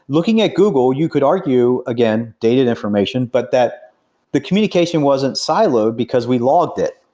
looking at google you could argue again dated information, but that the communication wasn't siloed because we logged it,